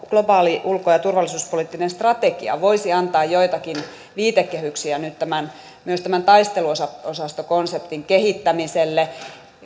globaali ulko ja turvallisuuspoliittinen strategia voisi antaa joitakin viitekehyksiä nyt myös tämän taisteluosastokonseptin kehittämiselle